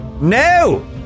No